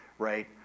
right